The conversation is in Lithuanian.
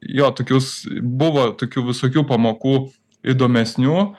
jo tokius buvo tokių visokių pamokų įdomesnių